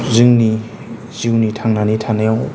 जोंनि जिउनि थांनानै थानायाव